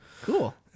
Cool